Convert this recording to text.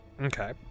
Okay